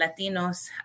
Latinos